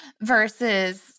versus